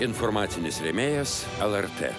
informacinis rėmėjas lrt